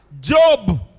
Job